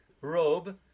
robe